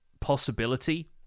possibility